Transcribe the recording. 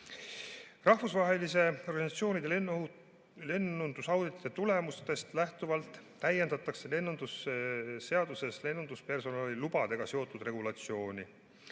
Rahvusvaheliste organisatsioonide lennundusauditite tulemustest lähtuvalt täiendatakse lennundusseaduses lennunduspersonali lubadega seotud regulatsiooni.